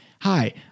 Hi